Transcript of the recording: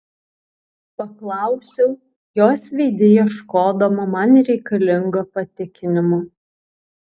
paklausiau jos veide ieškodama man reikalingo patikinimo